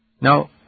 Now